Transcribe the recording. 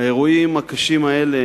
האירועים הקשים האלה